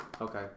Okay